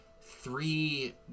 three